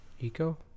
Eco